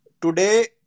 today